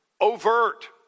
overt